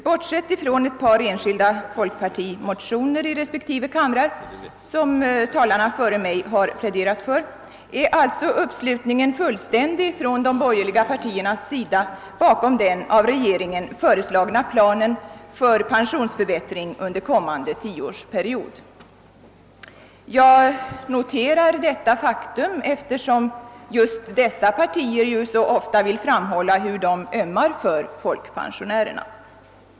Bortsett från ett par enskilda folkpartimotioner i respektive kamrar — som talare före mig har pläderat för — är alltså uppslutningen fullständig från de borgerliga partierna bakom den av regeringen föreslagna planen för pensionsförbättring under kommande tioårsperiod. Jag noterar detta faktum, eftersom just dessa partier så ofta vill framhålla hur de ömmar för folkpensionärerna.